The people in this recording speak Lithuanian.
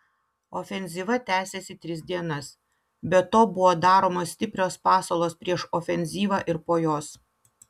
ofenzyva tąsėsi tris dienas be to buvo daromos stiprios pasalos prieš ofenzyvą ir po jos